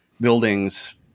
buildings